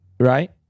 Right